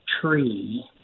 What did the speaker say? tree